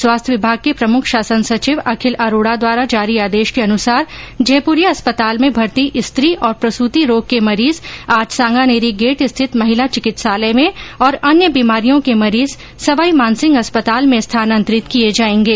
स्वास्थ्य विभाग के प्रमुख शासन सचिव अखिल अरोडा द्वारा जारी आदेश के अनुसार जयपुरिया अस्पताल में भर्ती स्त्री और प्रसूति रोग के मरीज आज सांगानेरी गेट स्थित महिला चिकित्सालय में और अन्य बीमारियों के मरीज सवाईमानसिंह अस्पताल में स्थानान्तरित किये जायेंगे